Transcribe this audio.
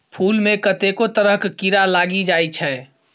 फुल मे कतेको तरहक कीरा लागि जाइ छै